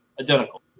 identical